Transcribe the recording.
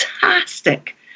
fantastic